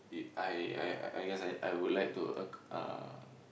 i~ I I I guess I I would like to acc~ uh